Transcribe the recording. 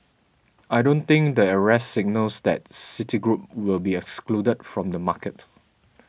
I don't think the arrest signals that Citigroup will be excluded from the market